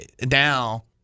now